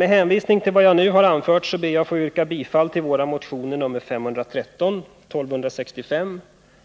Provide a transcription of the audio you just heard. Med hänvisning till vad jag nu har anfört ber jag att få yrka bifall till våra motioner 513, 1265,